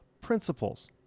principles